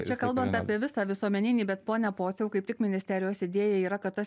čia kalbant apie visą visuomeninį bet pone pociau kaip tik ministerijos idėja yra kad tas